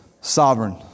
sovereign